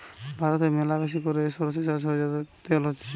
ভারতে ম্যালাবেশি করে সরষে চাষ হয় যাতে করে তেল হতিছে